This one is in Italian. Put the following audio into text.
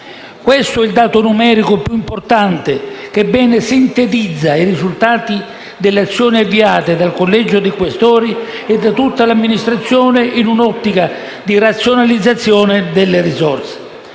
questo è il dato numerico più importante, che bene sintetizza i risultati delle azioni avviate dal Collegio dei Questori e da tutta l'Amministrazione in un'ottica di razionalizzazione delle risorse.